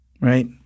right